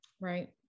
Right